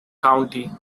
county